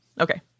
Okay